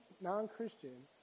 non-christian